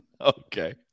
Okay